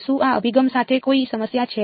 શું આ અભિગમ સાથે કોઈ સમસ્યા છે